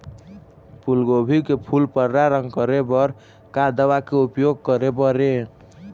फूलगोभी के फूल पर्रा रंग करे बर का दवा के उपयोग करे बर ये?